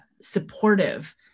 supportive